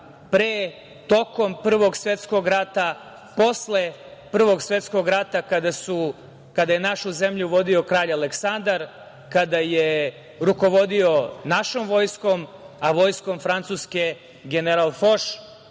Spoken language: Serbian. pre i tokom Prvog svetskog rata, posle Prvog svetskog rata kada je našu zemlju vodio Kralj Aleksandar, kada je rukovodio našom vojskom, a vojskom Francuske general Foš